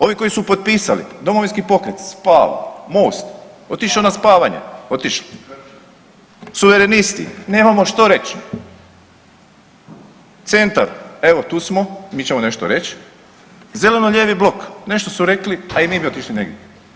Ovi koji su potpisali, Domovinski pokret spava, MOST otišao na spavanje, otišao, suverenisti nemamo što reći, Centar evo tu smo mi ćemo nešto reći, zeleno-lijevi blok nešto su rekli a i mi bi otišli negdje.